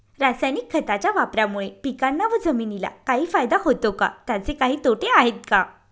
रासायनिक खताच्या वापरामुळे पिकांना व जमिनीला काही फायदा होतो का? त्याचे काही तोटे आहेत का?